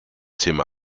thema